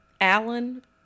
alan